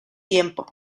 tiempo